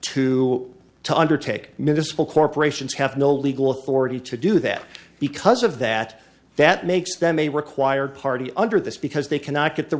to to undertake municipal corporations have no legal authority to do that because of that that makes them a required party under this because they cannot get the